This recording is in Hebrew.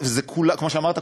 כמו שאמרת,